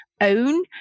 own